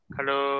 Hello